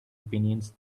opinions